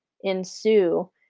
ensue